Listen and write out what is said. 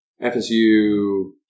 FSU